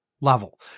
level